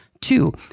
two